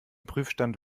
prüfstand